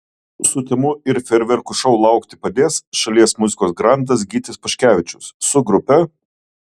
sutemų ir fejerverkų šou laukti padės šalies muzikos grandas gytis paškevičius su grupe